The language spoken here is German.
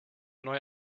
neu